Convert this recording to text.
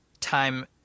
time